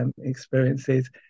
experiences